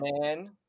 man